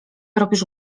robisz